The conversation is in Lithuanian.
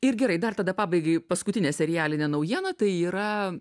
ir gerai dar tada pabaigai paskutinė serialinė naujiena tai yra